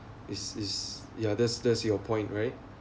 is is ya that's that's your point right